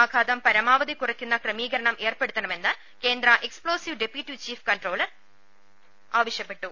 ആഘാതം പരമാവധി കുറയ്ക്കുന്ന ക്രമീകര്ണം ഏർപ്പെടുത്തണ മെന്ന് കേന്ദ്ര എക്സ്പ്ലോസീവ് ഡെപ്യൂട്ടി ചീഫ് കൺട്രോളർ ആവ ശ്യപ്പെട്ടു